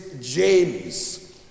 James